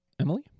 Emily